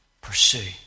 Pursue